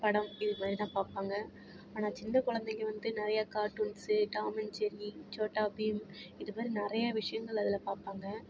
படம் இதுமாரி தான் பார்ப்பாங்க ஆனால் சின்ன குழந்தைங்க வந்து நிறையா கார்ட்டூன்ஸு டாமஞ்செரி சோட்டா பீம் இதுமாதிரி நிறையா விஷயங்கள் அதில் பார்ப்பாங்க